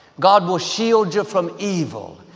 god will shield you from evil,